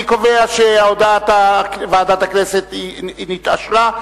אני קובע שהודעת ועדת הכנסת אושרה,